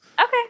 Okay